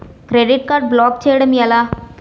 Credit card block చేయడం ఎలా?